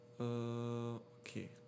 Okay